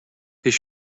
his